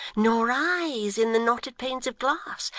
nor eyes in the knotted panes of glass,